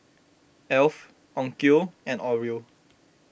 Alf Onkyo and Oreo